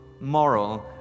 moral